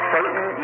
Satan